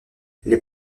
les